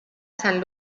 saint